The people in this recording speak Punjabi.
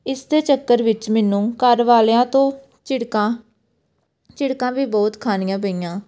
ਇਸ ਦੇ ਚੱਕਰ ਵਿੱਚ ਮੈਨੂੰ ਘਰ ਵਾਲਿਆਂ ਤੋਂ ਝਿੜਕਾਂ ਝਿੜਕਾਂ ਵੀ ਬਹੁਤ ਖਾਣੀਆਂ ਪਈਆਂ